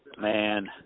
Man